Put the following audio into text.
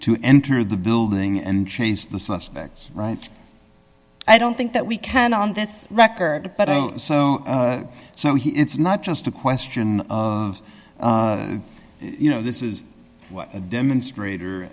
to enter the building and chase the suspects right i don't think that we can on this record so so he it's not just a question of you know this is what a demonstrator